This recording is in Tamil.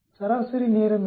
சராசரி நேரம் என்ன